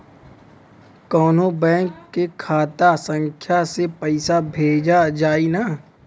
कौन्हू बैंक के खाता संख्या से पैसा भेजा जाई न?